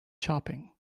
shopping